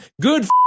good